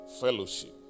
fellowship